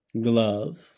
Glove